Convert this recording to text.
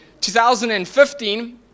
2015